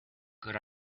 good